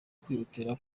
kwihutira